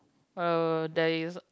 uh there is